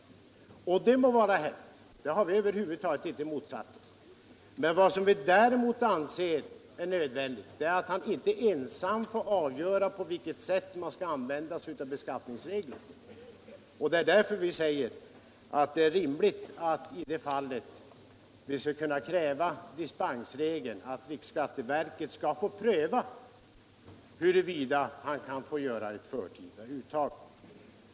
Det må vara hänt att han får göra ett sådant — detta har vi över huvud taget inte motsatt oss — men däremot anser vi att han inte ensam skall få avgöra på vilket sätt han skall få använda sig av beskattningsreglerna. Det är därför som vi säger att det är rimligt att ha en dispensregel i sådana fall och att riksskatteverket skall pröva huruvida han skall få göra ett förtida uttag.